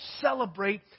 celebrate